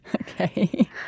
Okay